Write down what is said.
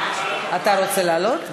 אתה רוצה לעלות?